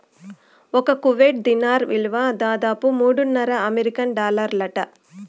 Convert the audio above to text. ఒక్క కువైట్ దీనార్ ఇలువ దాదాపు మూడున్నర అమెరికన్ డాలర్లంట